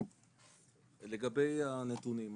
לגבי הנתונים,